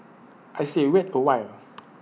I say wait A while